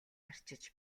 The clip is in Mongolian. арчиж